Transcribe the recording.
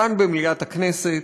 כאן במליאת הכנסת,